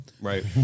Right